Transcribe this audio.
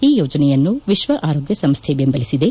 ಈ ಯೋಜನೆಯನ್ನು ವಿಶ್ವ ಆರೋಗ್ಯ ಸಂಸ್ಥೆ ಬೆಂಬಲಿಸಿದೆ